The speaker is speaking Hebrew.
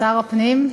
שר הפנים,